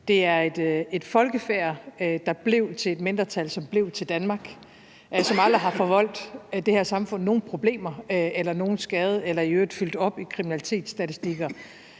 Det er et folkefærd, der blev til et mindretal, som blev til en del af Danmark, og som aldrig har forvoldt det her samfund nogen problemer eller nogen skade eller i øvrigt fyldt op i kriminalitetsstatistikker